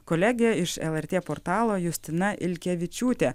kolegė iš lrt portalo justina ilkevičiūtė